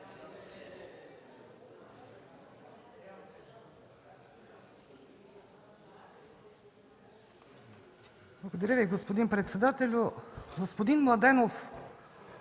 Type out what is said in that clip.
Благодаря Ви, господин председателю. Господин Младенов,